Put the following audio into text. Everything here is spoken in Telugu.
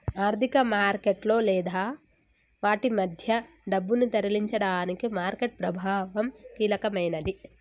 ఆర్థిక మార్కెట్లలో లేదా వాటి మధ్య డబ్బును తరలించడానికి మార్కెట్ ప్రభావం కీలకమైనది